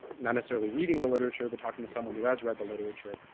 not necessarily reading the literature but talking to someone who has read the literature.